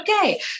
okay